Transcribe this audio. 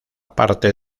parte